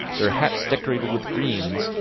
their hats decorated with greens,